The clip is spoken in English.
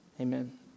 Amen